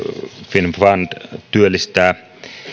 finnfund työllistää